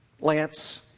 Lance